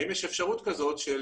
האם יש אפשרות כזאת של